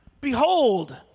behold